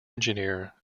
engineer